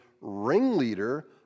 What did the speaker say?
ringleader